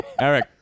Eric